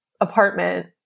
apartment